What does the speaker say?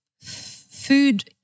food